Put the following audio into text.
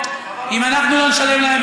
אם אנחנו לא נשלם להם,